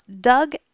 Doug